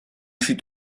fut